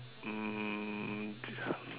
um this one